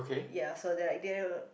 ya so there there